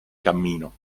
cammino